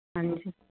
ਹਾਂਜੀ